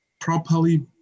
properly